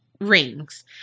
rings